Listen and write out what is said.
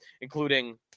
including